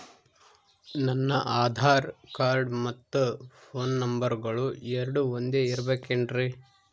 ನನ್ನ ಆಧಾರ್ ಕಾರ್ಡ್ ಮತ್ತ ಪೋನ್ ನಂಬರಗಳು ಎರಡು ಒಂದೆ ಇರಬೇಕಿನ್ರಿ?